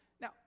now